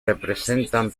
representan